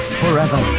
forever